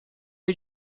did